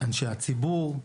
אנשי הציבור,